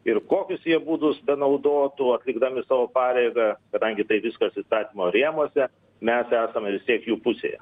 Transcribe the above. ir kokius jie būdus benaudotų atlikdami savo pareigą kadangi tai viskas įstatymo rėmuose mes esame vis tiek jų pusėje